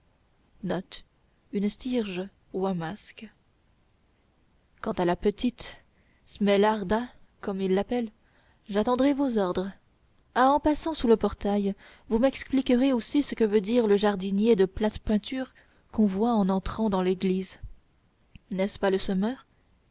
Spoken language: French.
quant à la petite smelarda comme ils l'appellent j'attendrai vos ordres ah en passant sous le portail vous m'expliquerez aussi ce que veut dire le jardinier de plate peinture qu'on voit en entrant dans l'église n'est-ce pas le semeur